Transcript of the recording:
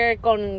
con